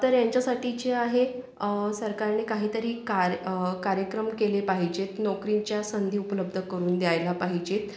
तर यांच्यासाठी जे आहे सरकारने काहीतरी कार कार्यक्रम केले पाहिजेत नोकरींच्या संधी उपलब्ध करून द्यायला पाहिजेत